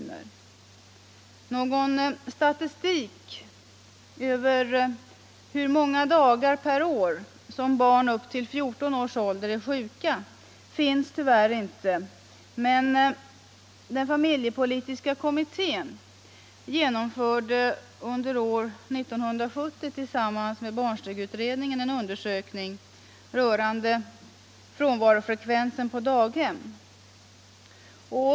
Någon statistik över hur många dagar per år barn upp till 14 års ålder är sjuka finns tyvärr inte, men familjepolitiska kommittén genomförde under år 1970 tillsammans med barnstugeutredningen en undersökning rörande frånvarofrekvensen på daghem.